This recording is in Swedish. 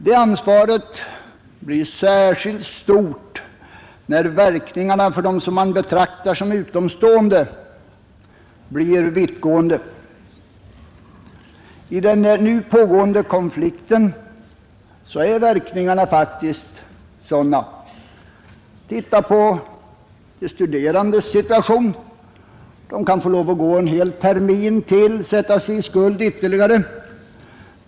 Det ansvaret är särskilt stort när verkningarna för dem som man betraktar som utomstående blir vittgående. I den nu pågående konflikten är verkningarna faktiskt sådana. Titta på de studerandes situation: de kan få lov att gå en hel termin till och sätta sig i skuld ytterligare!